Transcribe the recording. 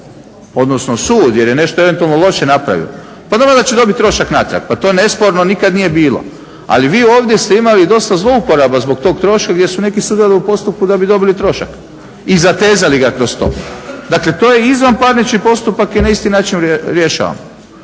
odnosno sud jer je nešto eventualno loše napravio pa normalno da će dobiti trošak natrag. Pa to je nesporno, nikad nije bilo. Ali vi ovdje ste imali dosta zlouporaba zbog tog troška gdje su neki sudjelovali u postupku da bi dobili trošak i zatezali ga kroz to. Dakle, to je izvanparnični postupak je na isti način rješavan.